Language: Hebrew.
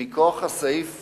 מכוח הסעיף